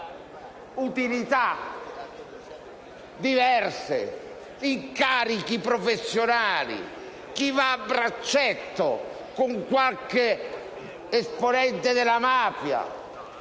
utilità diverse come incarichi professionali o chi va a braccetto con qualche esponente della mafia